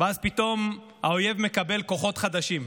ואז פתאום האויב מקבל כוחות חדשים.